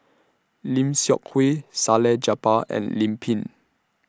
Lim Seok Hui Salleh Japar and Lim Pin